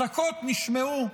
אזעקות נשמעו,